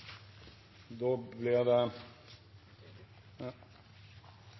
Da ble det